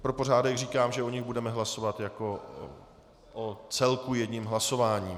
Pro pořádek říkám, že o nich budeme hlasovat jako o celku jedním hlasováním.